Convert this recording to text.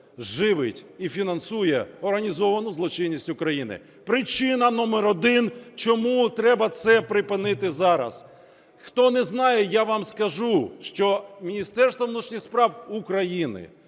живить і фінансує організовану злочинність України. Причина номер один, чому треба це припинити зараз. Хто не знає, я вам скажу, що Міністерство внутрішніх справ України,